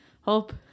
Hope